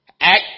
Act